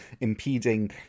impeding